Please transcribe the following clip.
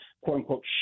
quote-unquote